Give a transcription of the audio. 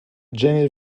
jenny